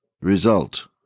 result